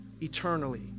eternally